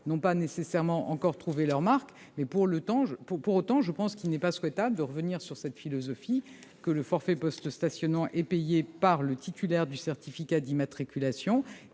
n'ont pas nécessairement encore trouvé leurs marques. Pour autant, il n'est pas souhaitable de revenir sur la philosophie selon laquelle le forfait post-stationnement est payé par le titulaire du certificat d'immatriculation.